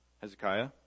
Hezekiah